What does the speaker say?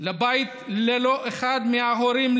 לבית ללא אחד מההורים,